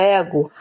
ego